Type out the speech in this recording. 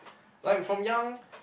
like from young